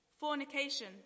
Fornication